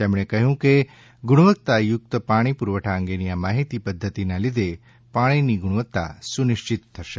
તેમણે કહ્યું કે ગુણવત્તાયુક્ત પાણી પુરવઠા અંગેની આ માહિતી પદ્ધતિના લીધે પાણીની ગુણવત્તા સુનિશ્ચિત થશે